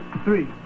Three